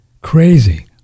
crazy